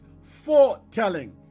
foretelling